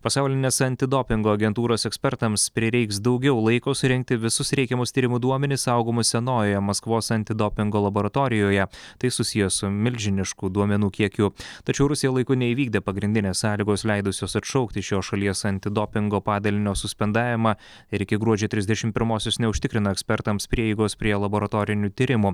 pasaulinės antidopingo agentūros ekspertams prireiks daugiau laiko surinkti visus reikiamus tyrimų duomenis saugomus senojoje maskvos antidopingo laboratorijoje tai susiję su milžinišku duomenų kiekiu tačiau rusija laiku neįvykdė pagrindinės sąlygos leidusios atšaukti šios šalies antidopingo padalinio suspendavimą ir iki gruodžio trisdešim pirmosios neužtikrino ekspertams prieigos prie laboratorinių tyrimų